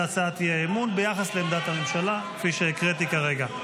הצעת האי-אמון ביחס לעמדת הממשלה כפי שהקראתי כרגע.